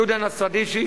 יהודה נסרדישי,